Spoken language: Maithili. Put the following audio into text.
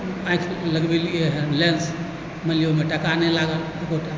आँखि लगबौलियै हँ लेन्स मानि लिअ ओहिमे टाका नहि लागल एको टा